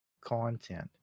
content